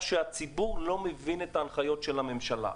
שהציבור לא מבין את ההנחיות של הממשלה,